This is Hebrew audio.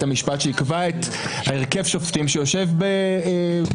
המשפט שיקבע את הרכב השופטים שיושב בערעורים?